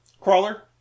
Crawler